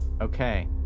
Okay